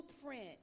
blueprint